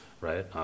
right